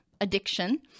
addiction